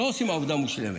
לא עושים עבודה מושלמת.